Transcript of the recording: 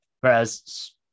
whereas